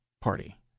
party